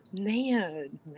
Man